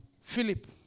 Philip